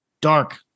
Dark